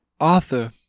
Arthur